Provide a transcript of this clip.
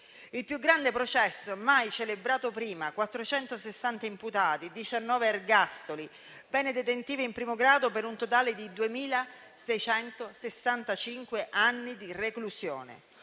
Il più grande processo mai celebrato prima: 460 imputati, 19 ergastoli, pene detentive in primo grado per un totale di 2.665 anni di reclusione.